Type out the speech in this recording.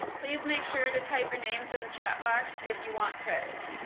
please make sure to type your names in the chat box if you want credit.